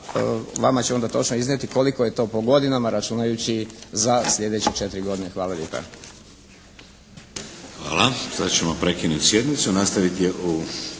vama će onda točno iznijeti koliko je to po godinama, računajući za sljedeće 4 godine. Hvala lijepa.